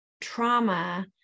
trauma